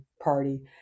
party